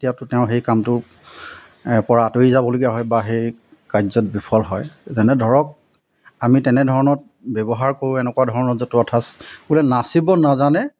এতিয়াতো তেওঁ সেই কামটো পৰা আঁতৰি যাবলগীয়া হয় বা সেই কাৰ্যত বিফল হয় যেনে ধৰক আমি তেনেধৰণত ব্যৱহাৰ কৰোঁ এনেকুৱা ধৰণৰ জতুৱা ঠাঁচ বোলে নাচিব নাজানে